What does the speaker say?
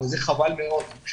וזה חבל מאוד.